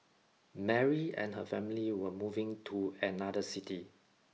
Mary and her family were moving to another city